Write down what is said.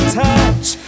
touch